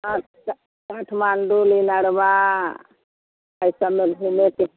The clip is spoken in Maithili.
काठमाण्डू निनरबा अइ सभमे घुमऽके